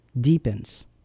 deepens